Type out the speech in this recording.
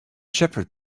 shepherd